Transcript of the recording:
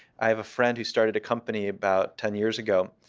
i have a friend who started a company about ten years ago,